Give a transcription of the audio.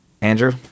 andrew